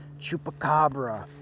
Chupacabra